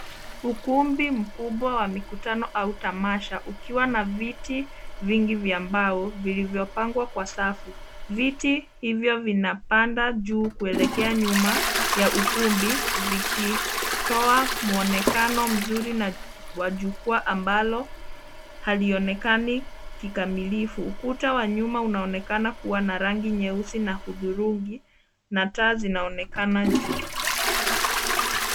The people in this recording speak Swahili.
Ukumbi wa mikutano mkubwa au tamasha ukiwa na viti vingi vya mbao vilivyopangwa kwa safu. Viti hivyo vinapanda juu kuelekea nyuma ya ukumbi vikitoa mwonekano mzuri wa jukwaa ambalo halionekani kikamilifu. Ukuta wa nyuma unaonekana kuwa na rangi nyeusi na hudhurungi na taa zinaonekana juu.